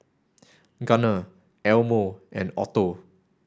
Gunner Elmo and Otto